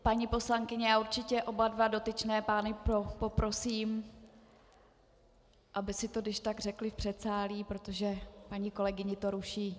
Paní poslankyně, já určitě oba dotyčné pány poprosím, aby si to když tak řekli v předsálí, protože paní kolegyni to ruší.